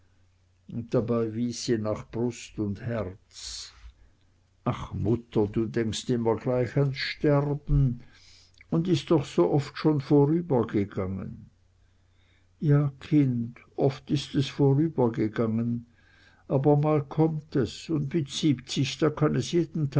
dabei wies sie nach brust und herz ach mutter du denkst immer gleich an sterben und ist doch so oft schon vorübergegangen ja kind oft is es vorübergegangen aber mal kommt es und mit siebzig da kann es